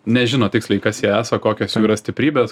nežino tiksliai kas jie esą kokios yra stiprybės